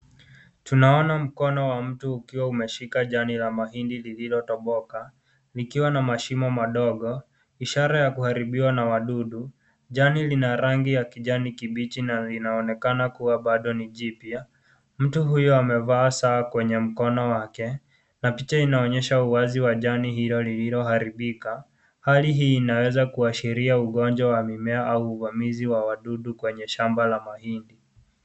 Tunaona mkono wa mtu ukiwa umeshika jani la mahindi lililo toboka, likiwa na mashimo madogo ishara ya kuharibiwa na wadudu, jani lina rangi ya kijani kibichi na linaonekana kuwa bado ni jipya, mtu huyu amevaa saa kwenye mkono wake, na picha hii inaonyesha uwazi wa jani hilo lililo haribika, hali hii inaweza kuashiria ugonjwa wa mimea au uvamizi wa wadudu kwenye shamba la mahindi.